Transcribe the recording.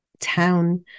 town